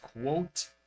quote